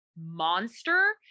monster